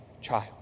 child